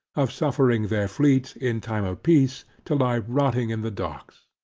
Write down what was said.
of suffering their fleet, in time of peace to lie rotting in the docks.